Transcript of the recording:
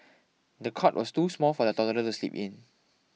the cot was too small for the toddler to sleep in